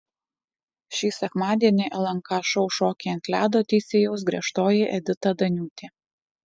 šį sekmadienį lnk šou šokiai ant ledo teisėjaus griežtoji edita daniūtė